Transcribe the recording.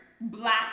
Black